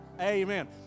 Amen